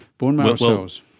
bone marrow cells?